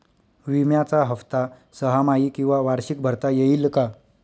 विम्याचा हफ्ता सहामाही किंवा वार्षिक भरता येईल का?